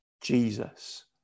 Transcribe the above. Jesus